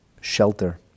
shelter